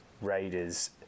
Raiders